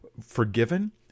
forgiven